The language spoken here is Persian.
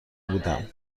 بودم